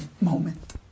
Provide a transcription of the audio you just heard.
moment